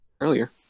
earlier